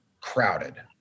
crowded